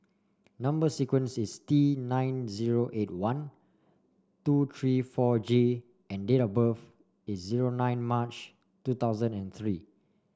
number sequence is T nine zero eight one two three four J and date of birth is zero nine March two thousand and three